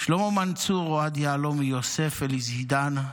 שלמה מנצור, אוהד יהלומי, יוסף אלזיאדנה,